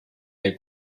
der